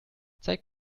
zeig